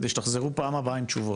כדי שתחזרו פעם הבאה עם תשובות,